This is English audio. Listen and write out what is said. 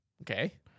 Okay